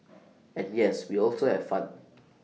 and yes we also have fun